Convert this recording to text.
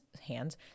hands